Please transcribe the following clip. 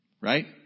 Right